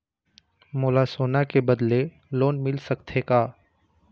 मोला सोना के बदले लोन मिल सकथे का?